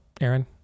Aaron